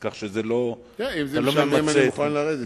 אם זה משעמם אני יכול לרדת.